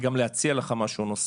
וגם להציע לך משהו נוסף.